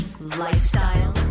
lifestyle